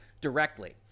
directly